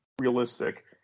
realistic